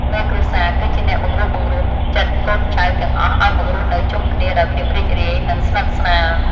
មេគ្រួសារ គឺជាអ្នកបង្រួបបង្រួមចិត្តកូនចៅទាំងអស់ឱ្យមករស់នៅជុំគ្នាដោយភាពរីករាយ និងស្និទ្ធស្នាល។